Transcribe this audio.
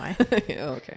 okay